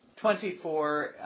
twenty-four